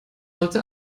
wollte